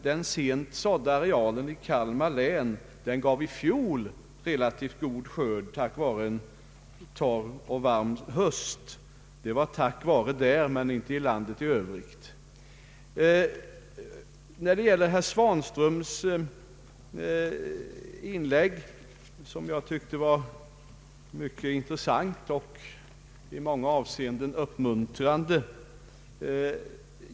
Den sent besådda arealen i Kalmar län gav i fjol relativt god skörd tack vare en torr och varm höst — det var ”tack vare” i det området men inte i landet i övrigt. Herr Svanströms inlägg tyckte jag var mycket intressant och i många avseenden piggt och uppmuntrande.